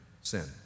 sin